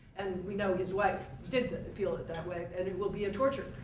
and we know his wife did feel it that way, and it will be a torture.